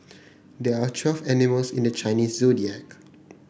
there are twelve animals in the Chinese Zodiac